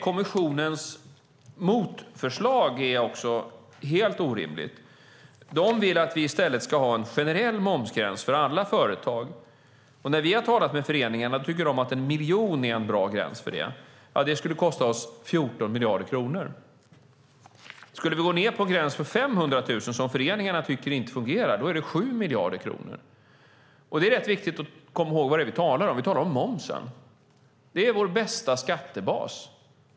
Kommissionens motförslag är helt orimligt. De vill att vi i stället ska ha en generell momsgräns för alla företag. När vi har talat med föreningarna tycker de att 1 miljon är en bra gräns, vilket skulle kosta oss 14 miljarder kronor. Skulle vi sänka gränsen till 500 000, vilket föreningarna tycker inte fungerar, kostar det 7 miljarder kronor. Det är viktigt att komma ihåg att vi talar om momsen. Det är vår bästa skattebas.